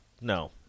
No